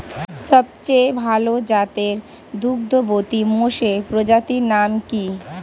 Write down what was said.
সবচেয়ে ভাল জাতের দুগ্ধবতী মোষের প্রজাতির নাম কি?